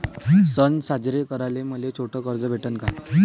सन साजरे कराले मले छोट कर्ज भेटन का?